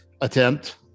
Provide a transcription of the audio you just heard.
attempt